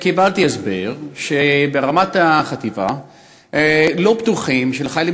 קיבלתי הסבר שברמת החטיבה לא בטוחים שלחיילים